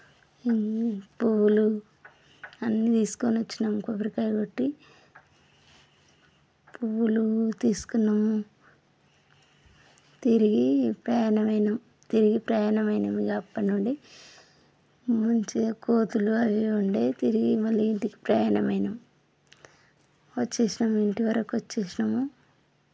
ఇన్ని పూలు అవన్నీ తీసుకొని వచ్చినం కొబ్బరికాయలు కొట్టి పువ్వులు తీసుకున్నాము తిరిగి ప్రయాణమైనం తిరిగి ప్రయాణమైన అప్పటినుండి మంచిగా కోతులు అవి ఇవి ఉండే తిరిగి మళ్ళీ ఇంటికి ప్రయాణం అయినం వచ్చేసినాం ఇంటి వరకు వచ్చేసినాము